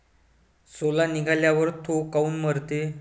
सोला निघाल्यावर थो काऊन मरते?